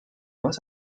vas